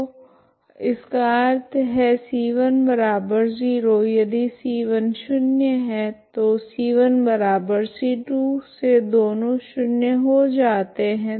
तो इसका अर्थ है c10 यदि c1 शून्य है तो c1c2 से दोनों शून्य हो जाते है